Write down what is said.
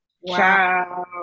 Wow